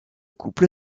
couple